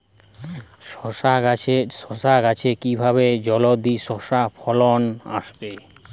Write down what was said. শশা গাছে কিভাবে জলদি শশা ফলন আসবে?